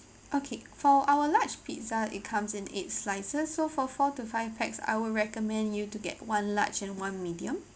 okay for our large pizza it comes in eight slices so for four to five pax I would recommend you to get one large and one medium